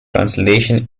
translation